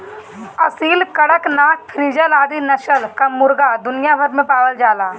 असिल, कड़कनाथ, फ्रीजल आदि नस्ल कअ मुर्गा दुनिया भर में पावल जालन